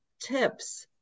tips